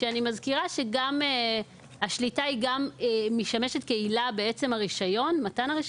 ואני מזכירה שהשליטה משמעת גם כעילה למתן הרישיון,